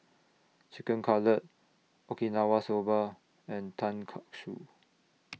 Chicken Cutlet Okinawa Soba and Tonkatsu